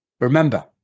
Remember